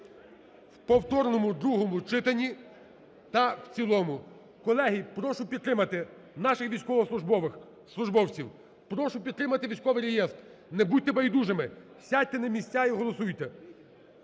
в повторному другому читанні та в цілому. Колеги, прошу підтримати наших військовослужбовців, прошу підтримати військовий реєстр, не будьте байдужими, сядьте на місця і голосуйте.